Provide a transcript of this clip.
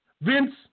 Vince